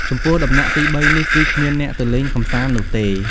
ចំពោះ ដំណាក់ទី៣នេះគឺគ្មានអ្នកទៅលេងកំសាន្តនោះទេ។